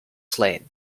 slain